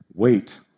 Wait